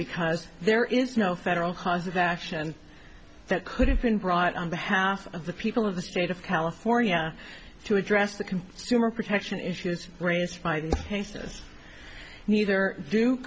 because there is no federal ha's of action that could have been brought on behalf of the people of the state of california to address the can sue or protection issues raised by these cases neither d